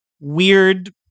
weird